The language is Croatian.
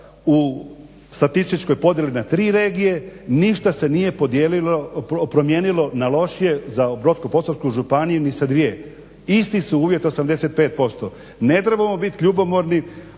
u statističkoj podjeli na tri regije. Ništa se nije promijenilo na lošije za Brodsko-posavsku županiju ni sa dvije. Isti su uvjeti 85%. Ne trebamo biti ljubomorni